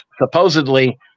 supposedly